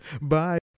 Bye